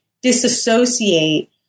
disassociate